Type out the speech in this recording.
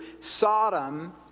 Sodom